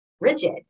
rigid